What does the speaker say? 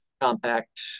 compact